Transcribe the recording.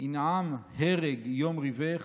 ינעם הרג יום ריבך,